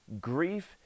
Grief